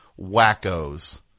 wackos